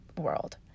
world